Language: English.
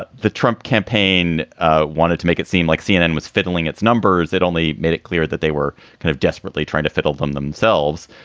but the trump campaign ah wanted to make it seem like cnn was fiddling its numbers. it only made it clear that they were kind of desperately trying to fiddle them themselves.